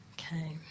Okay